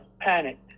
panicked